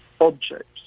objects